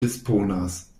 disponas